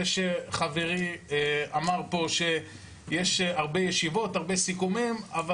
זה שחברי אמר פה שיש הרבה ישיבות והרבה סיכומים אבל